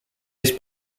his